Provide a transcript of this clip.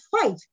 fight